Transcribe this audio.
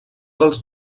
dels